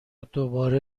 دوباره